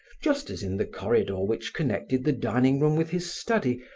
just as in the corridor which connected the dining room with his study,